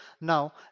now